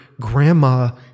grandma